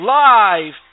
live